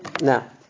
Now